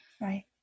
Right